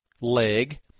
leg